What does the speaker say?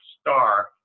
star